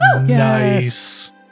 Nice